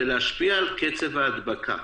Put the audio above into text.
הן כדי להשפיע על קצב ההדבקה